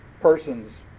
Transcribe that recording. person's